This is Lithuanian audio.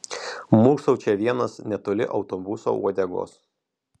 murksau čia vienas netoli autobuso uodegos